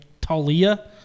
Talia